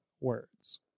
words